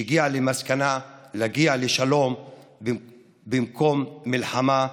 שהגיע למסקנה: לעשות שלום במקום מלחמה,